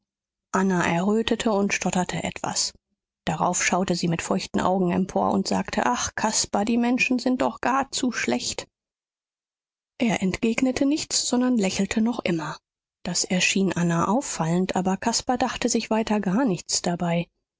anna errötete und stotterte etwas darauf schaute sie mit feuchten augen empor und sagte ach caspar die menschen sind doch gar zu schlecht er entgegnete nichts sondern lächelte noch immer das erschien anna auffallend aber caspar dachte sich weiter gar nichts dabei